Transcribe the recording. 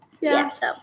Yes